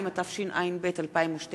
2), התשע"ב 2012,